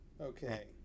Okay